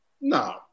No